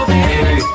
Baby